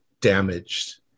damaged